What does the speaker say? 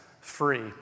free